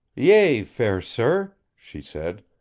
yea, fair sir, she said,